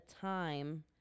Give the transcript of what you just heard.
time